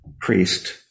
priest